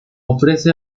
ofrece